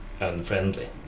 unfriendly